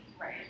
right